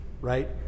right